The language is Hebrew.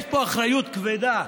יש פה אחריות כבדה.